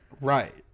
Right